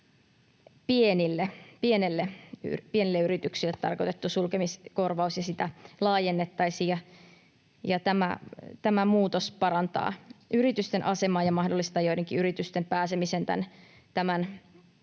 pienille yrityksille tarkoitettua sulkemiskorvausta laajennettaisiin. Tämä muutos parantaa yritysten asemaa ja mahdollistaa joidenkin yritysten pääsemisen tämän tuen